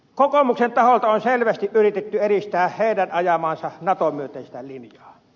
kokoomuksen taholta on selvästi yritetty edistää heidän ajamaansa nato myönteistä linjaa